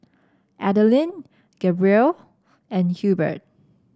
Adaline Gabrielle and Hubert